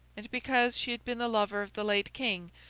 and, because she had been the lover of the late king,